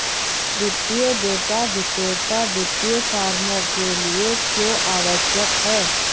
वित्तीय डेटा विक्रेता वित्तीय फर्मों के लिए क्यों आवश्यक है?